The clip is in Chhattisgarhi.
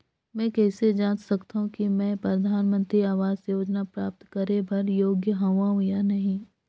मैं कइसे जांच सकथव कि मैं परधानमंतरी आवास योजना प्राप्त करे बर योग्य हववं या नहीं?